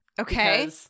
okay